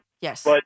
yes